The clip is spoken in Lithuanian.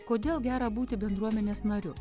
kodėl gera būti bendruomenės nariu